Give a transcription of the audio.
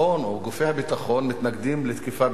או גופי הביטחון מתנגדים לתקיפה באירן